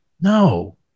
No